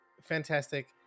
fantastic